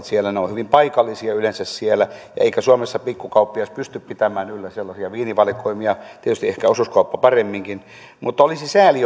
siellä ne ovat hyvin paikallisia yleensä siellä eikä suomessa pikkukauppias pysty pitämään yllä sellaisia viinivalikoimia tietysti ehkä osuuskauppa paremminkin mutta olisi sääli